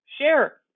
share